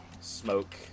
smoke